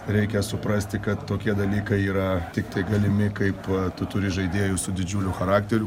reikia suprasti kad tokie dalykai yra tiktai galimi kaip turi žaidėjus su didžiuliu charakteriu